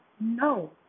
No